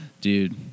dude